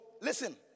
listen